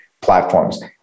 platforms